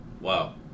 Wow